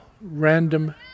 random